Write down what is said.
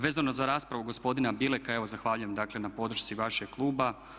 Vezano za raspravu gospodina Bileka, evo zahvaljujem dakle na podršci vašeg kluba.